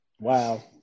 Wow